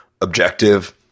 objective